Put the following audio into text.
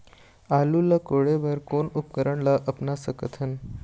आलू ला कोड़े बर कोन उपकरण ला अपना सकथन?